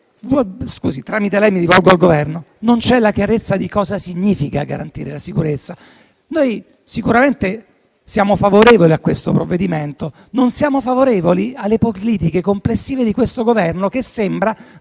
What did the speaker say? non c'è chiarezza di cosa significhi garantire la sicurezza. Noi sicuramente siamo favorevoli a questo provvedimento. Non siamo favorevoli alle politiche complessive del Governo, che sembra